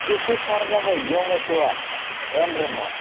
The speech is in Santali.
ᱪᱩᱴᱩ ᱥᱟᱨᱜᱟ ᱫᱚᱭ ᱡᱚᱢ ᱦᱚᱪᱚᱣᱟᱱ ᱮᱱ ᱨᱮ ᱦᱚᱸ